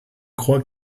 croix